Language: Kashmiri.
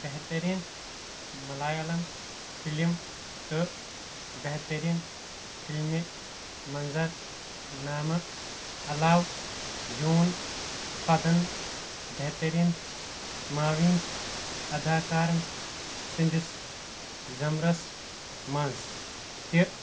بہترین ملیالم فِلم تہٕ بہترین فِلمی منظرنامہٕ علاوٕ زِیوٗن فدن بہترین معاوِن اداكار سندِس ضمرس منز تہِ